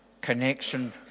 connection